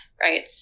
right